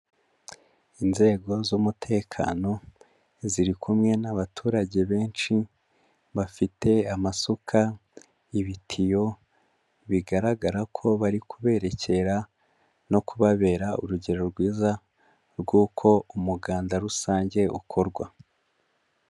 Inzego z'umutekano ziri kumwe n'abaturage benshi bafite amasuka, ibitiyo, bigaragara ko bari kuberekera no kubabera urugero rwiza rw'uko umuganda rusange ukorwa.